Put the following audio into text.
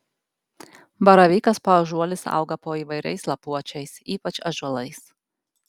baravykas paąžuolis auga po įvairiais lapuočiais ypač ąžuolais